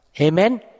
Amen